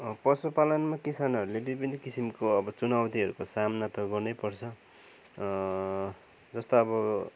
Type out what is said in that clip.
पशुपालनमा किसानहरले विभिन्न किसिमको अब चुनौतीहरूको सामना त गर्नै पर्छ जस्तो अब